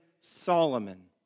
Solomon